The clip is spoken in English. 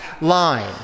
line